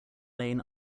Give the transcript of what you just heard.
lane